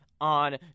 on